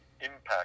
impact